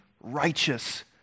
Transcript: righteous